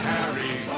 Harry